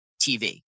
TV